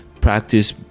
Practice